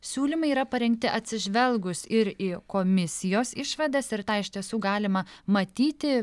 siūlymai yra parengti atsižvelgus ir į komisijos išvadas ir tą iš tiesų galima matyti